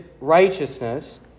righteousness